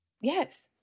yes